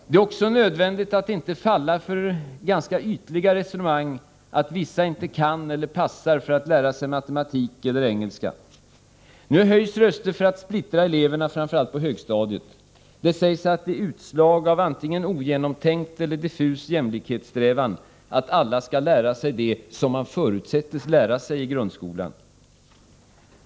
Det är också nödvändigt att inte falla för ganska ytliga resonemang att vissa inte kan eller passar för att lära sig exempelvis matematik eller engelska. Nu höjs röster för att splittra eleverna, framför allt på högstadiet. Det sägs att det är ett utslag av ogenomtänkt eller diffus jämlikhetssträvan att alla skall lära sig det som man förutsätts lära i grundskolan.